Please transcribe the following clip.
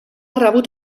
rebut